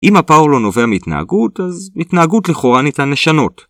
אם ה-power law נובע מתנהגות, אז, התנהגות, לכאורה, ניתן לשנות.